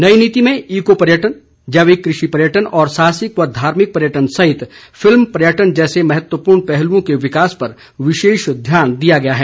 नई नीति में ईको पर्यटन जैविक कृषि पर्यटन साहसिक व धार्मिक पर्यटन सहित फिल्म पर्यटन जैसे महत्वपूर्ण पहलुओं के विकास पर विशेष ध्यान दिया गया है